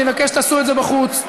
אני מבקש שתעשו את זה בחוץ.